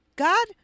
God